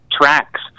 tracks